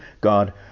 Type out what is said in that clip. god